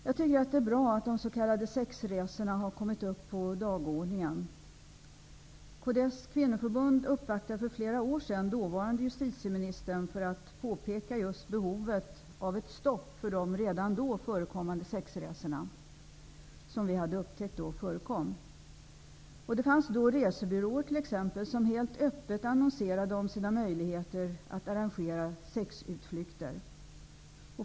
Fru talman! Jag tycker att det är bra att de s.k. sexresorna har kommit upp på dagordningen. Kds kvinnoförbund uppvaktade för flera år sedan dåvarande justitieministern för att peka på behovet av att stoppa sexresorna, som enligt vad vi hade upptäckt förekom redan då. Det fanns då resebyråer som helt öppet annonserade om sina möjligheter att arrangera sexutflykter.